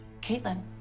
Caitlin